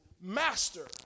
master